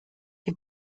die